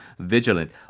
Vigilant